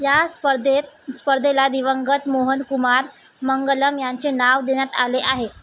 या स्पर्धेत स्पर्धेला दिवंगत मोहनकुमार मंगलम यांचे नाव देण्यात आले आहे